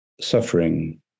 suffering